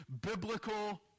biblical